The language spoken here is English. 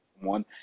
one